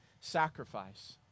sacrifice